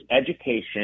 education